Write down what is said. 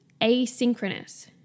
asynchronous